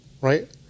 right